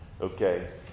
okay